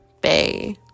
Bay